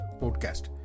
podcast